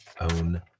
own